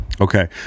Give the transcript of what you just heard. Okay